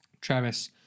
Travis